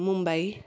Mumbai